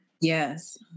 Yes